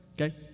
Okay